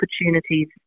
opportunities